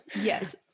yes